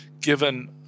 given